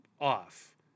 off